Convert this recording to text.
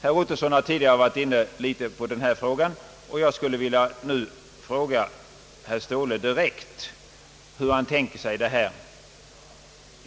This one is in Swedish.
Herr Ottosson har tidigare varit inne litet på denna fråga, och jag skulle vilja fråga herr Ståhle direkt hur han tänker sig detta.